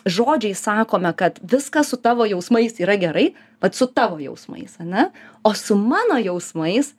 žodžiais sakome kad viskas su tavo jausmais yra gerai vat su tavo jausmais ane o su mano jausmais